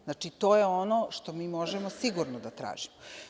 Znači, to je ono što mi možemo sigurno da tražimo.